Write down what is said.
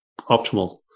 optimal